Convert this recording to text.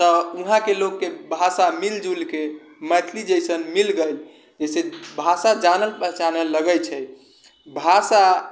तऽ वहाँके लोकके भाषा मिल जुलके मैथिली जैसन मिल गेल जैसे भाषा जानल पहचानल लगै छै भाषा